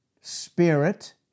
Spirit